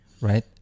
right